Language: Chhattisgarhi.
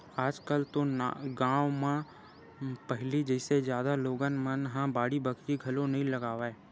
आज कल तो गाँव मन म पहिली जइसे जादा लोगन मन ह बाड़ी बखरी घलोक नइ लगावय